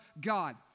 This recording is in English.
God